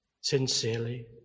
sincerely